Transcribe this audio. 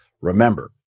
Remember